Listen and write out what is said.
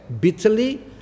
bitterly